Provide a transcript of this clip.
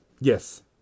Yes